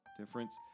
difference